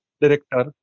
Director